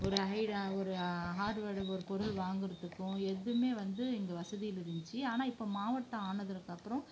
ஒரு ஹை ஒரு ஹார்வேர்டு ஒரு பொருள் வாங்குகிறதுக்கும் எதுவுமே வந்து இங்கே வசதிகள் இருந்துச்சு ஆனால் இப்போ மாவட்டம் ஆனதுக்கப்புறம்